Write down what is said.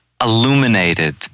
illuminated